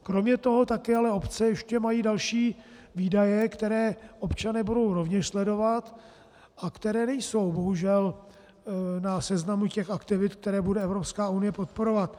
Kromě toho ale mají obce ještě další výdaje, které občané budou rovněž sledovat a které nejsou bohužel na seznamu těch aktivit, které bude Evropská unie podporovat.